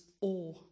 awe